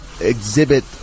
exhibit